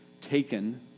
taken